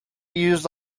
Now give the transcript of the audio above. used